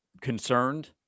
concerned